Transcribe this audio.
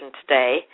today